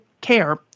care